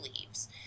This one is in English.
leaves